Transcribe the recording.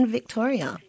Victoria